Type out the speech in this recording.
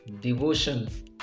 Devotion